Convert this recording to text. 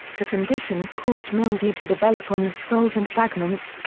the conditions caused mildew to develop on the scrolls and fragments,